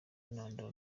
intandaro